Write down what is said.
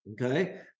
Okay